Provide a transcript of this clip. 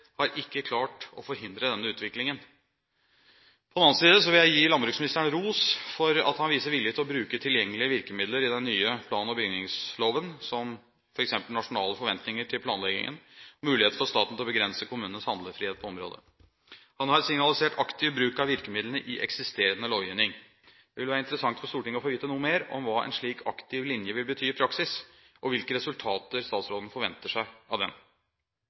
har ikke klart å forhindre denne utviklingen. På den annen side vil jeg gi landbruksministeren ros for at han viser vilje til å bruke tilgjengelige virkemidler i den nye plan- og bygningsloven, som f.eks. nasjonale forventninger til planleggingen og muligheter for staten til å begrense kommunenes handlefrihet på området. Han har signalisert aktiv bruk av virkemidlene i eksisterende lovgivning. Det vil være interessant for Stortinget å få vite noe mer om hva en slik aktiv linje vil bety i praksis, og hvilke resultater statsråden forventer seg av den.